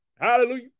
Hallelujah